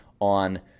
on